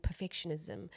perfectionism